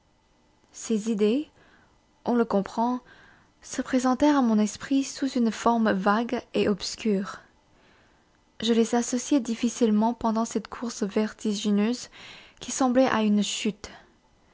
ces idées on le comprend se présentèrent à mon esprit sous une forme vague et obscure je les associais difficilement pendant cette course vertigineuse qui ressemblait à une chute